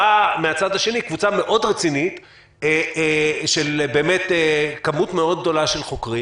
באה מהצד השני קבוצה מאוד רצינית של כמות מאוד גדולה של חוקרים